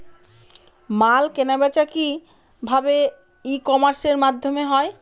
মাল কেনাবেচা কি ভাবে ই কমার্সের মাধ্যমে হয়?